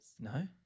No